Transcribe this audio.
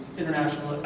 international